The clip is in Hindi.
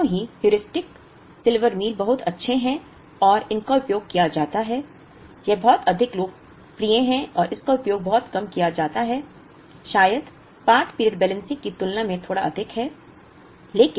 दोनों ही ह्यूरिस्टिक सिल्वर मील बहुत अच्छे है और इनका उपयोग किया जाता है यह बहुत अधिक लोकप्रिय है और इसका उपयोग बहुत कम किया जाता है शायद पार्ट पीरियड बैलेंसिंग की तुलना में थोड़ा अधिक है